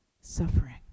suffering